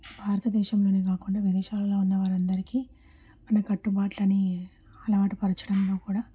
భారతదేశంలోనే కాకుండా విదేశాల్లో ఉన్నవారందరికి మన కట్టుబాట్లనీ అలవాటు పరచడంలో కూడా